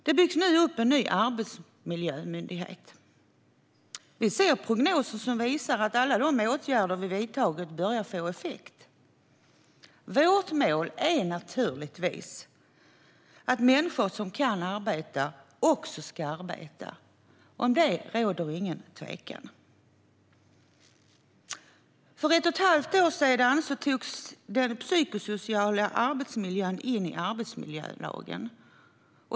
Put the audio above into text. Vi ser prognoser som visar att alla de åtgärder vi vidtagit börjar få effekt. Vårt mål är naturligtvis att människor som kan arbeta också ska arbeta. Om det råder ingen tvekan. För ett och ett halvt år sedan togs den psykosociala arbetsmiljön in i arbetsmiljölagen.